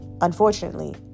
unfortunately